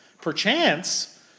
Perchance